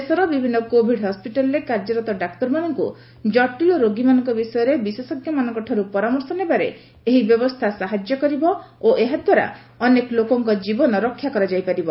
ଦେଶର ବିଭିନ୍ନ କୋଭିଡ୍ ହସ୍କିଟାଲରେ କାର୍ଯ୍ୟରତ ଡାକ୍ତରମାନଙ୍କୁ କଟିଳ ରୋଗୀମାନଙ୍କ ବିଷୟରେ ବିଶେଷଜ୍ଞମାନଙ୍କଠାରୁ ପରାମର୍ଶ ନେବାରେ ଏହି ବ୍ୟବସ୍ଥା ସାହାଯ୍ୟ କରିବ ଓ ଏହା ଦ୍ୱାରା ଅନେକ ଲୋକଙ୍କ ଜୀବନ ରକ୍ଷା କରାଯାଇ ପାରିବ